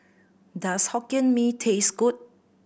does Hokkien Mee taste good